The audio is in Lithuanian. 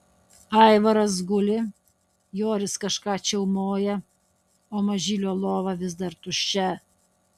aivaras guli joris kažką čiaumoja o mažylio lova vis dar tuščia